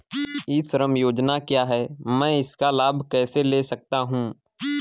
ई श्रम योजना क्या है मैं इसका लाभ कैसे ले सकता हूँ?